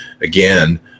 again